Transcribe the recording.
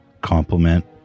compliment